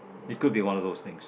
it could be one of those things